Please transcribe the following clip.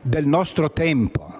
del nostro tempo,